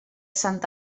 sant